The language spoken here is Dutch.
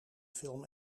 film